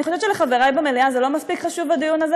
אני חושבת שלחברי במליאה לא מספיק חשוב הדיון הזה,